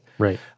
Right